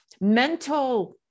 mental